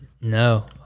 No